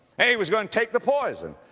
and he was going to take the poison.